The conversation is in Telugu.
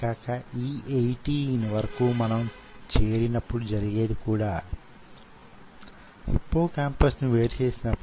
స్కెలిటల్ మజిల్ ఎదుగుదలలో అవి చిన్న చిన్న మ్యో ట్యూబ్ లను తయారు చేస్తాయి